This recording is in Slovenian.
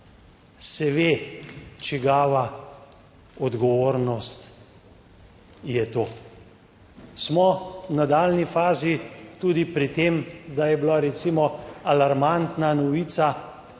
se ve, čigava odgovornost je to. Smo v nadaljnji fazi tudi pri tem, da je bila recimo alarmantna novica,